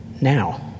now